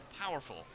powerful